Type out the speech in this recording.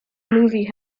movie